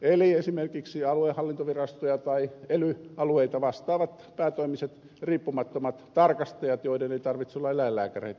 eli esimerkiksi aluehallintovirastoja tai ely alueita vastaavat päätoimiset riippumattomat tarkastajat joiden ei tarvitse olla eläinlääkäreitä